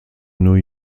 new